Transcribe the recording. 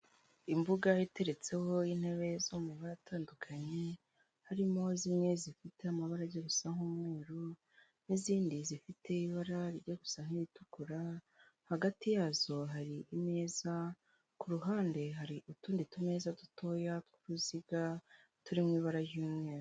Imbuga iteretseho intebe zo mu mabara atandukanye, harimo zimwe zifite amabara ajya gesa nk'umweru, n'izindi zifite ibara rijya gusa n'itukura. Hagati yazo hari ineza, ku ruhande hari utundi tune dutoya tw'uruziga turi mu ibara ry'umweru.